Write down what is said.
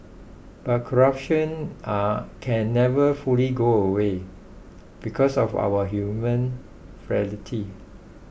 but corruption are can never fully go away because of our human frailty